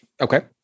Okay